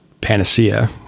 panacea